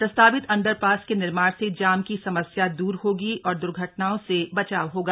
प्रस्तावित अण्डरपास के निर्माण से जाम की समस्या दूर होगी और द्र्घटनाओं से बचाव होगा